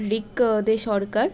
ঋক De সরকার